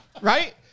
Right